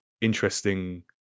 interesting